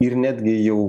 ir netgi jau